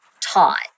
taught